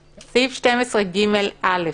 ואני: סעיף 12ג(א),